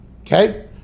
Okay